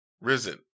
Risen